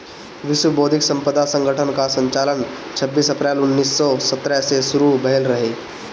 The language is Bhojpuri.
विश्व बौद्धिक संपदा संगठन कअ संचालन छबीस अप्रैल उन्नीस सौ सत्तर से शुरू भयल रहे